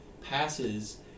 passes